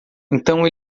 então